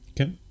Okay